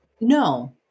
No